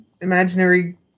imaginary